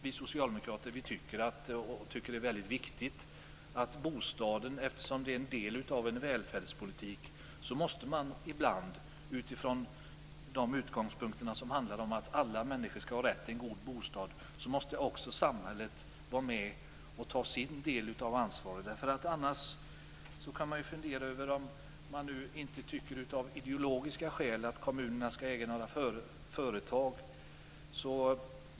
Vi socialdemokrater tycker att bostaden är väldigt viktig eftersom den är en del av en välfärdspolitik. Utifrån de utgångspunkter som handlar om att alla människor skall ha rätt till en god bostad måste samhället ibland lägga sig i och vara med och ta sin del av ansvaret. Man kan fundera över detta om man inte av ideologiska skäl tycker att kommunerna skall äga några företag.